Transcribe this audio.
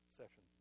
session